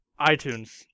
iTunes